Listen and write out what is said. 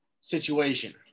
situation